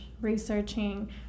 researching